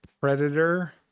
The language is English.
Predator